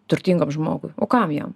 turtingam žmogui o kam jam